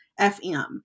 FM